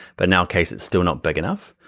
but in our case, it's still not big enough.